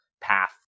path